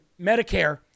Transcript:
Medicare